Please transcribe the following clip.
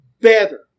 better